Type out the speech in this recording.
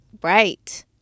bright